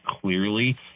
clearly